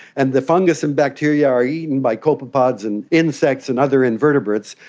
and the fungus and bacteria are eaten by copepods and insects and other invertebrates,